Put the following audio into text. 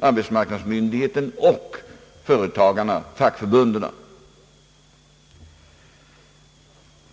arbetsmarknadsmyndigheten och företagarna och fackförbunden.